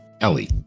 Ellie